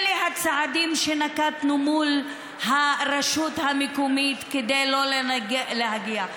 אלה הצעדים שנקטנו מול הרשות המקומית כדי לא להגיע לכך.